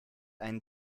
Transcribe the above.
einen